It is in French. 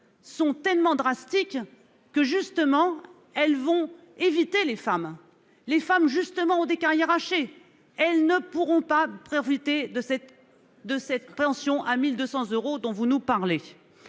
sont tellement drastiques que justement elles vont éviter les femmes, les femmes justement ont des carrières hachées, elles ne pourront pas profiter de cette, de cette pension à 1200 euros, dont vous nous parlez.